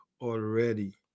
already